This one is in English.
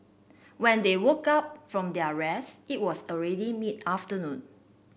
when they woke up from their rest it was already mid afternoon